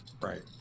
Right